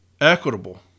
Equitable